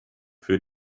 für